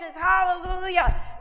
hallelujah